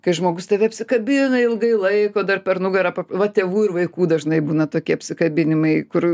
kai žmogus tave apsikabina ilgai laiko dar per nugarą va tėvų ir vaikų dažnai būna tokie apsikabinimai kur